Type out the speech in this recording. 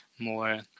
more